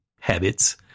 habits